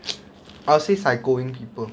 I would say psychoing people